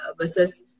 versus